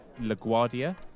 LaGuardia